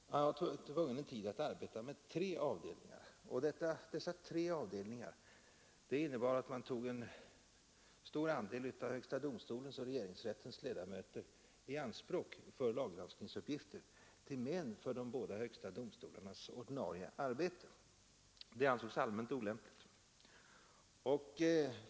En tid var man tvungen att arbeta med tre avdelningar, och det innebar att man tog en stor andel av högsta domstolens och regeringsrättens ledamöter i anspråk för laggranskningsuppgifter till men för de båda högsta domstolarnas ordinarie arbete. Detta ansågs allmänt olämpligt.